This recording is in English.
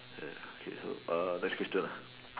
ya okay so err next question lah